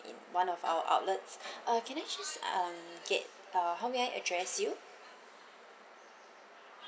in one of our outlets uh can I just um get uh how may I address you